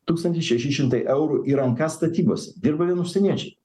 tūkstantis šeši šimtai eurų į rankas statybose dirba vien užsieniečiai